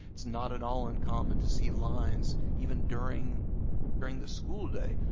it's not at all uncommon to see lines, even during during the school day,